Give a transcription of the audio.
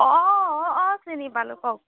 অঁ অঁ অঁ অঁ চিনি পালোঁ কওক